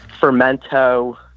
fermento